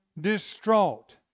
distraught